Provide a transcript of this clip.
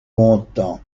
content